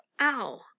ow